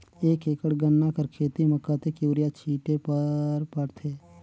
एक एकड़ गन्ना कर खेती म कतेक युरिया छिंटे बर पड़थे?